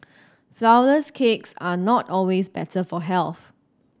flourless cakes are not always better for health